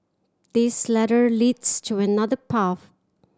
this ladder leads to another path